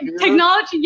technology